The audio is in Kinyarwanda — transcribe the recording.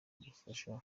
gufasha